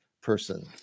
person